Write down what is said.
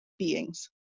beings